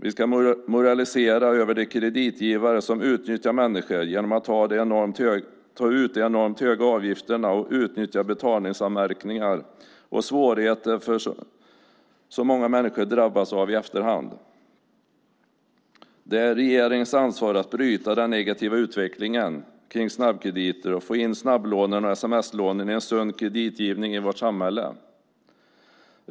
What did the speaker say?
Vi ska moralisera över de kreditgivare som utnyttjar människor genom att ta ut de enormt höga avgifterna och utnyttja betalningsanmärkningar och svårigheter som många människor drabbas av i efterhand. Det är regeringens ansvar att bryta den negativa utvecklingen för snabbkrediter och få in snabblånen och sms-lånen i en sund kreditgivning i vårt samhälle.